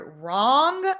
wrong